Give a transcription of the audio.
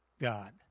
God